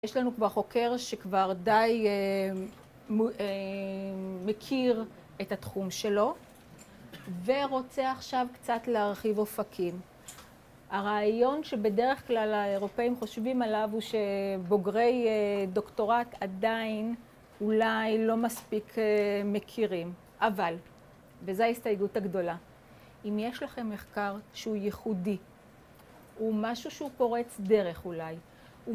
יש לנו כבר חוקר שכבר די אה... מ... אה... מכיר את התחום שלו ורוצה עכשיו קצת להרחיב אופקים. הרעיון שבדרך כלל האירופאים חושבים עליו הוא שבוגרי דוקטורט עדיין אולי לא מספיק מכירים. אבל, וזו ההסתייגות הגדולה. אם יש לכם מחקר שהוא ייחודי, הוא משהו שהוא פורץ דרך אולי, הוא מ...